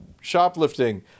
shoplifting